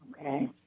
Okay